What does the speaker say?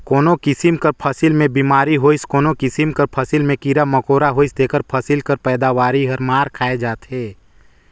कोनो किसिम कर फसिल में बेमारी होइस कोनो किसिम कर फसिल में कीरा मकोरा होइस तेकर फसिल कर पएदावारी हर मार खाए जाथे